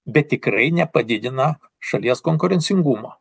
bet tikrai nepadidina šalies konkurencingumo